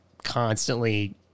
constantly